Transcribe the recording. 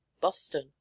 boston